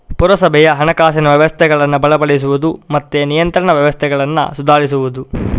ಪುರಸಭೆಯ ಹಣಕಾಸಿನ ವ್ಯವಸ್ಥೆಗಳನ್ನ ಬಲಪಡಿಸುದು ಮತ್ತೆ ನಿಯಂತ್ರಣ ವ್ಯವಸ್ಥೆಗಳನ್ನ ಸುಧಾರಿಸುದು